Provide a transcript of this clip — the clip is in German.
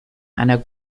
einer